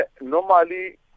Normally